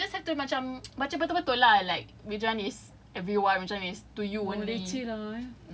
ya so you just have to macam baca betul-betul lah like which one is everyone which one is to you only